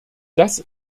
das